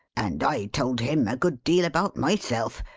and i told him a good deal about myself,